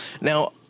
Now